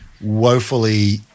woefully